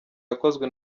yakozwe